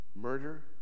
murder